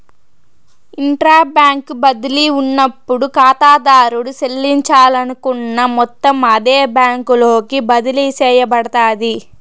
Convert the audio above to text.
intra bank బదిలీ ఉన్నప్పుడు కాతాదారుడు సెల్లించాలనుకున్న మొత్తం అదే బ్యాంకులోకి బదిలీ సేయబడతాది